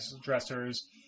dressers